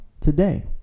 today